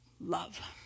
love